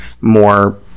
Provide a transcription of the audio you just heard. more